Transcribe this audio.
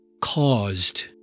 caused